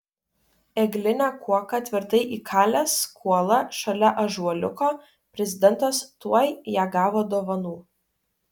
egline kuoka tvirtai įkalęs kuolą šalia ąžuoliuko prezidentas tuoj ją gavo dovanų